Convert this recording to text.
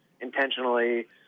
intentionally